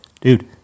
dude